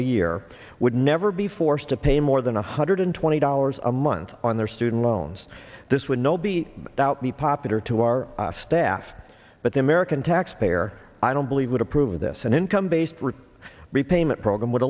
a year would never be forced to pay more than one hundred twenty dollars a month on their student loans this would no be out be popular to our staff but the american taxpayer i don't believe would approve of this an income based repayment repayment program would